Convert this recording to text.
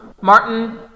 Martin